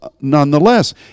nonetheless